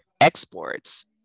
exports